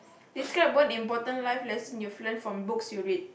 describe one important life lessons you learn from books you read